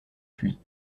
puits